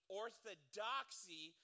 orthodoxy